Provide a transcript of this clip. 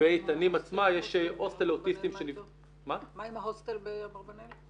באיתנים עצמה יש הוסטל לאוטיסטים -- מה עם ההוסטל באברבנאל?